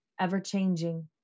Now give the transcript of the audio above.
ever-changing